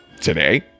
today